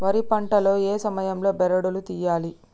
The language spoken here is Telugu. వరి పంట లో ఏ సమయం లో బెరడు లు తియ్యాలి?